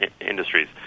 industries